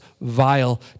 vile